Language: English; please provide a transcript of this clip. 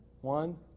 One